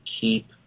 keep